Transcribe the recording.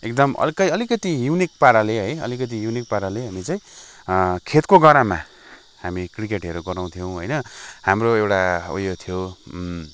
एकदम अर्कै अलिकति युनिक पाराले है अलिकति युनीक पाराले हामी चैँ है खेतको गरामा हामी क्रिकेटहरू गराउँथ्यौँ होइन हाम्रो एउटा उयो थियो